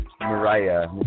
Mariah